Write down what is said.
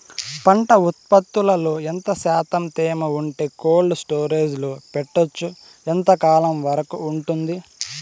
పంట ఉత్పత్తులలో ఎంత శాతం తేమ ఉంటే కోల్డ్ స్టోరేజ్ లో పెట్టొచ్చు? ఎంతకాలం వరకు ఉంటుంది